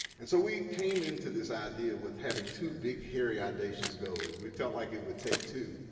and, so, we came into this idea with having two big hairy audacious goals. we felt like it would take two.